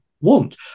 want